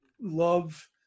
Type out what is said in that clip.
love